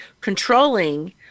controlling